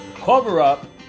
cover-up